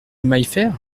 maillefert